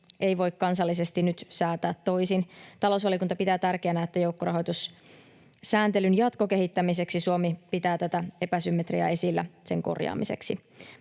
ei voi kansallisesti nyt säätää toisin. Talousvaliokunta pitää tärkeänä, että joukkorahoitussääntelyn jatkokehittämiseksi Suomi pitää tätä epäsymmetriaa esillä sen korjaamiseksi.